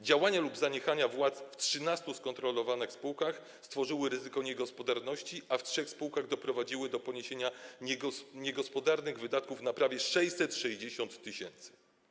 Działania lub zaniechania władz w 13 skontrolowanych spółkach stworzyły ryzyko niegospodarności, a w trzech spółkach doprowadziły do poniesienia niegospodarnych wydatków na prawie 660 tys.